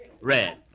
Red